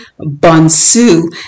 Bonsu